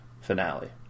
finale